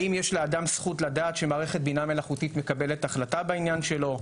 האם יש לאדם זכות לדעת שמערכת בינה מלאכותית מקבלת החלטה בעניין שלו?